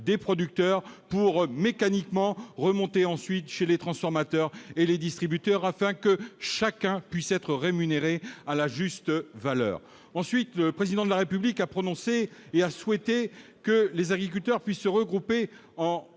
des producteurs pour mécaniquement remonter ensuite chez les transformateurs et les distributeurs afin que chacun puisse être rémunérées à la juste valeur ensuite le président de la République a prononcé et a souhaité que les agriculteurs puissent se regrouper en